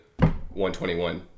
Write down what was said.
121